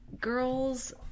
girls